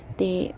ते